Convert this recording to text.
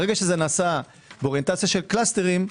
ברגע שזה נעשה באוריינטציה של קלסטרים,